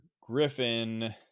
Griffin